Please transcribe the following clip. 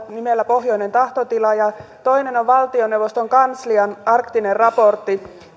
nimellä pohjoinen tahtotila ja toinen on valtioneuvoston kanslian arktinen raportti